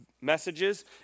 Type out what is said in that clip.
messages